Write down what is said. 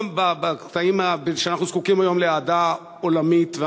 גם בקטעים שבהם אנחנו זקוקים היום לאהדה עולמית,